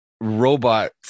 robot